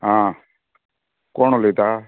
आह कोण उलेता